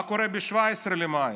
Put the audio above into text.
מה קורה ב-17 במאי?